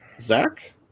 Zach